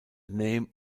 name